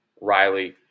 Riley